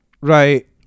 Right